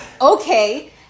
Okay